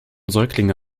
säuglinge